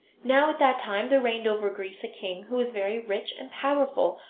now, at that time there reigned over greece a king who was very rich and powerful,